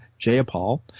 Jayapal